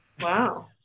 Wow